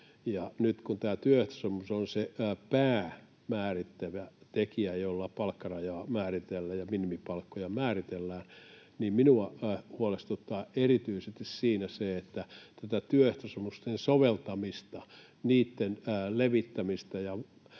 nyt kun tämä työehtosopimus on se päämäärittävä tekijä, jolla palkkarajaa määritellään ja minimipalkkoja määritellään, niin minua huolestuttaa siinä erityisesti se, että tätä työehtosopimusten soveltamista, niitten levittämistä